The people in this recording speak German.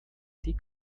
die